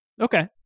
Okay